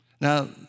Now